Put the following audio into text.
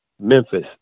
Memphis